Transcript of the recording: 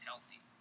healthy